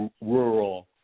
rural